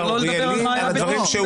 והוא